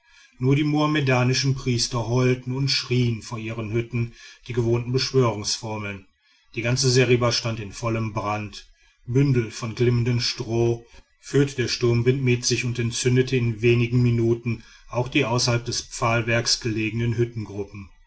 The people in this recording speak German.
nur die mohammedanischen priester heulten und schrien vor ihren hütten die gewohnten beschwörungsformeln die ganze seriba stand in vollem brand bündel von glimmendem stroh führte der sturmwind mit sich und entzündete in wenigen minuten auch die außerhalb des pfahlwerks gelegenen